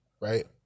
Right